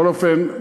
יום ראשון.